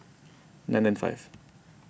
nine nine five